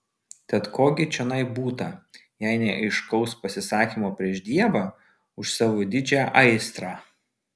tad ko gi čionai būta jei ne aiškaus pasisakymo prieš dievą už savo didžią aistrą